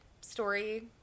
story